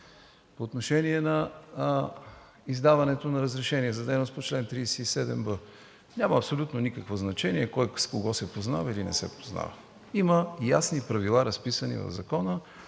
По отношение на издаването на разрешение за дейност по чл. 37б няма абсолютно никакво значение кой с кого се познава или не се познава. Има ясни правила, разписани в закона.